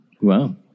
Wow